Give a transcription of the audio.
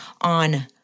on